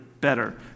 better